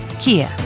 Kia